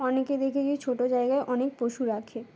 অনেকে দেখে যেয়ে ছোটো জায়গায় অনেক পশু রাখে